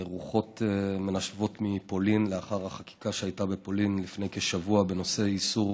רוחות מנשבות מפולין לאחר החקיקה שהייתה בפולין לפני כשבוע בנושא איסור